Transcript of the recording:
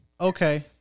Okay